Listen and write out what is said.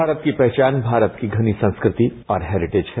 भारत की पहचान भारत की घनी संस्कृति और हेरिटेज है